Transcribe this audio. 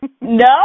No